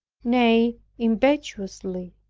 nay, impetuously.